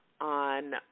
on